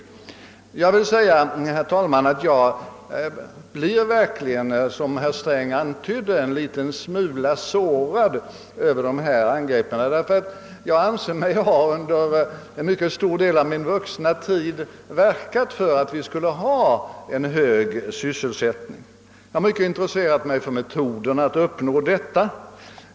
Låt mig tillägga, herr talman, att jag verkligen, som herr Sträng trodde, blir en smula sårad över sådana angrepp som hans. Jag anser mig under en stor del av min tid som vuxen ha verkat för att vi här i landet skulle få en hög sysselsättning, och jag har mycket intresserat mig för metoderna att uppnå en sådan.